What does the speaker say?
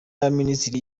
y’abaminisitiri